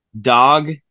dog